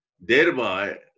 Thereby